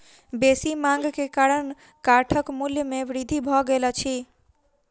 बेसी मांग के कारण काठक मूल्य में वृद्धि भ गेल अछि